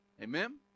Amen